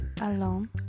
alone